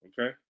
Okay